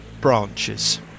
branches